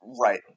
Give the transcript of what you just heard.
right